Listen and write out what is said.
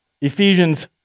Ephesians